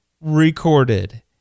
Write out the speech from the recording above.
recorded